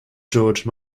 george